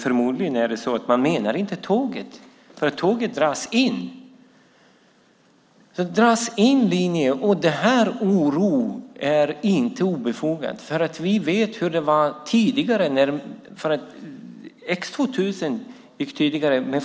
Förmodligen menar man inte tåget, eftersom tåget dras in. Oron för att tåget dras in är inte obefogad. Vi vet hur det var tidigare. Flera X 2000-tåg gick tidigare